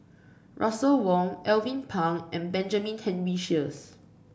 Russel Wong Alvin Pang and Benjamin Henry Sheares